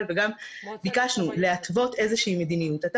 וגם ביקשנו להתוות איזושהי מדיניות.